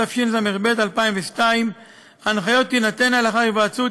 התשס"ב 2002. ההנחיות תינתנה לאחר היוועצות